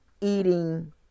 eating